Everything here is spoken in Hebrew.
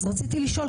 אז רציתי לשאול,